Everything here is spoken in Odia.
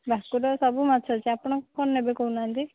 ଭାକୁର ସବୁ ମାଛ ଅଛି ଆପଣ କ'ଣ ନେବେ କହୁନାହାନ୍ତି